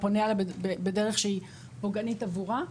פונה אליה בדרך שהיא פוגענית עבורה.